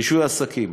רישוי עסקים: